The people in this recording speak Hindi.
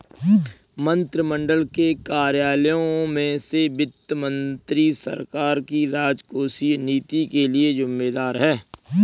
मंत्रिमंडल के कार्यालयों में से वित्त मंत्री सरकार की राजकोषीय नीति के लिए जिम्मेदार है